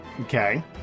Okay